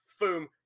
boom